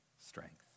strength